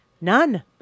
none